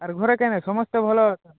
ଆରେ ଘରେ କାଣ ସମସ୍ତେ ଭଲ ଅଛନ୍